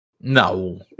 No